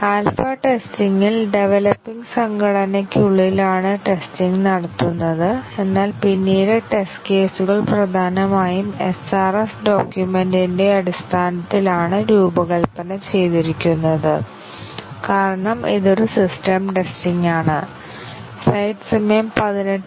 alpha ടെസ്റ്റിംഗിൽ developing സംഘടനയ്ക്കുള്ളിലാണ് testing നടത്തുന്നത് എന്നാൽ പിന്നീട് ടെസ്റ്റ് കേസുകൾ പ്രധാനമായും SRS ഡോക്യുമെന്റിന്റെ അടിസ്ഥാനത്തിലാണ് രൂപകൽപ്പന ചെയ്തിരിക്കുന്നത് കാരണം ഇത് ഒരു സിസ്റ്റം ടെസ്റ്റിംഗ് ആണ്